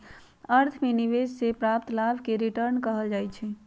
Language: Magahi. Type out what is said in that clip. अर्थ में निवेश से प्राप्त लाभ के रिटर्न कहल जाइ छइ